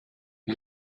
wie